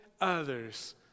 others